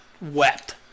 wept